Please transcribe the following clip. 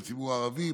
בציבור הערבי,